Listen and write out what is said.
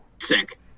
sick